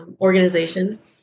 organizations